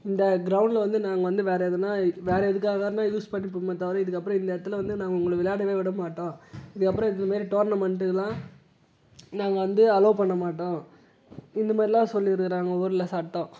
இந்த கிரவுண்டில் வந்து நாங்கள் வந்து வேறு எதுனா வேறு எதுக்காகன்னா யூஸ் பண்ணிப்போமே தவிர இதுக்கப்புறம் இந்த இடத்துல வந்து நாங்கள் உங்களை விளையாடவே விடமாட்டோம் இதுக்கப்புறம் இதமாதிரி டோர்னமெண்ட்டு எல்லாம் நாங்கள் வந்து அலோவ் பண்ண மாட்டோம் இந்த மாதிரிலாம் சொல்லி இருக்குறாங்க ஊரில் சட்டம்